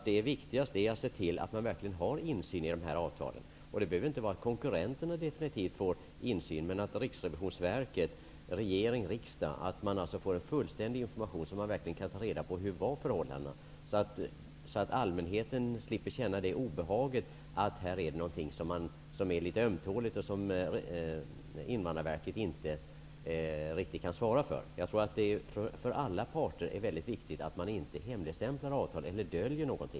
Det viktigaste är att verkligen ha insyn i avtalet. Det behöver inte betyda att konkurrenterna får insyn. Men det gäller att Riksrevisionsverket, regeringen och riksdagen skall få en fullständig information så att det verkligen går att ta reda på hur förhållandena ser ut. Allmänheten skall slippa behöva känna den obehagliga känslan att här kan finnas något som är litet ömtåligt och som Invandrarverket inte riktigt kan svara för. Det är för alla parter viktigt att inte hemligstämpla avtal eller dölja något.